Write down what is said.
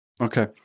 Okay